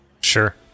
Sure